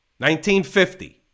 1950